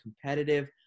competitive